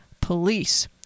police